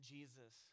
Jesus